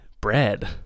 Bread